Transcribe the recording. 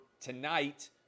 tonight